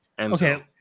Okay